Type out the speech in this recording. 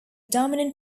dominant